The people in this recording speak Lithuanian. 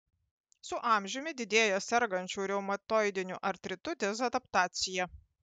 su amžiumi didėja sergančių reumatoidiniu artritu dezadaptacija